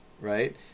right